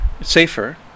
safer